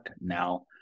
now